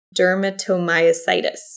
dermatomyositis